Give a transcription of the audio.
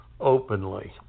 openly